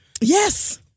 Yes